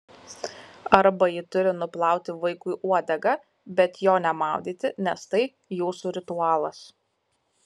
arba ji turi nuplauti vaikui uodegą bet jo nemaudyti nes tai jūsų ritualas